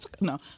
No